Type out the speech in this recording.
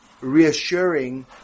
reassuring